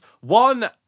one